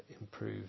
improve